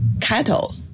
cattle